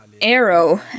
arrow